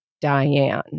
Diane